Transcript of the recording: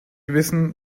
wissen